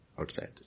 Outside